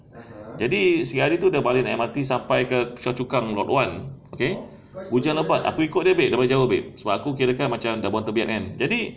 jadi sekali hari tu aku balik naik M_R_T sampai ke choa chu kang lot one K hujan lebat aku ikut dia babe dari jauh sebab aku kirakan macam dah buang tebiat kan jadi